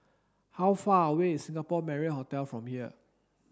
how far away is Singapore Marriott Hotel from here